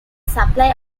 supply